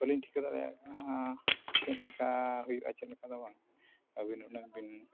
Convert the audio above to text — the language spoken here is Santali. ᱵᱟᱹᱞᱤᱧ ᱴᱷᱤᱠᱟᱹ ᱫᱟᱲᱮᱭᱟᱜ ᱠᱟᱱᱟ ᱪᱮᱫ ᱞᱮᱠᱟ ᱦᱩᱭᱩᱜᱼᱟ ᱪᱮᱫ ᱞᱮᱠᱟ ᱫᱚ ᱵᱟᱝ ᱟᱹᱵᱤᱱ ᱦᱩᱱᱟᱹᱝ ᱵᱤᱱ